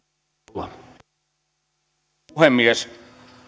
arvoisa herra puhemies